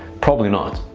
probably not.